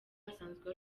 asanzwe